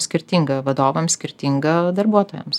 skirtinga vadovams skirtinga darbuotojams